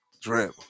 Drip